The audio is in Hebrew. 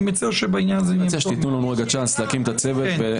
אני מציע שתיתנו לנו צ'אנס להקים את הצוות.